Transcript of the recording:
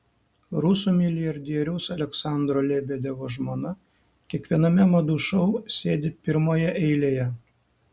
rusų milijardieriaus aleksandro lebedevo žmona kiekviename madų šou sėdi primoje eilėje